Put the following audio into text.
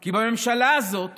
כי בממשלה הזאת